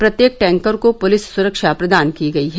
प्रत्येक टैंकर को पुलिस सुरक्षा प्रदान की गई है